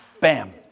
Bam